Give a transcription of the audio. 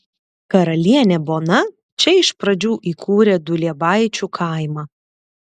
karalienė bona čia iš pradžių įkūrė duliebaičių kaimą